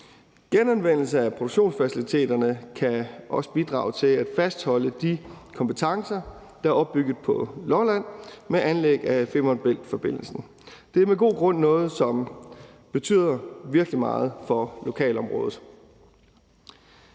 Genanvendelse af produktionsfaciliteterne kan også bidrage til at fastholde de kompetencer, der er opbygget på Lolland ved anlæg af Femern Bælt-forbindelsen. Det er med god grund noget, som betyder virkelig meget for lokalområdet.